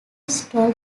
stole